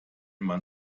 man